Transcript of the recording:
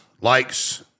likes